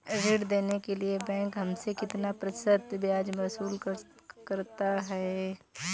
ऋण देने के लिए बैंक हमसे कितना प्रतिशत ब्याज वसूल करता है?